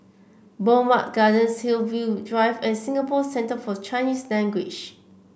Bowmont Gardens Hillview Drive and Singapore Centre For Chinese Language